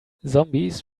zombies